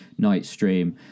Nightstream